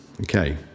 Okay